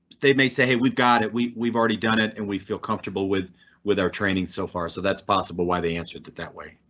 they may say we've got it. we've we've already done it and we feel comfortable with with our training so far. so that's possible. why they answered that? that way,